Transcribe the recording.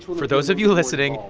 for those of you listening,